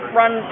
run